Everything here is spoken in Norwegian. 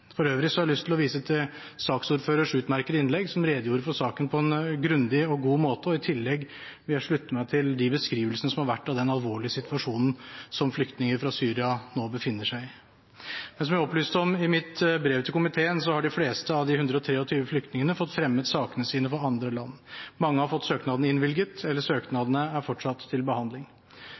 For øvrig har jeg lyst til å vise til saksordførerens utmerkede innlegg, der hun redegjorde for saken på en grundig og god måte I tillegg vil jeg slutte meg til de beskrivelsene som har vært av den alvorlige situasjonen som flyktninger fra Syria nå befinner seg i. Som jeg opplyste om i mitt brev til komiteen, har de fleste av de 123 flyktningene fått fremmet sakene sine for andre land. Mange har fått søknaden innvilget, eller søknadene er fortsatt til behandling.